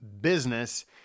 business